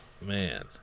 Man